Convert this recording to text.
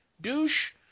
douche